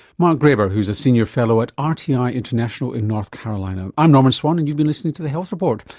mark graber, who is a senior fellow at ah rti international in north carolina. i'm norman swan and you've been listening to the health report.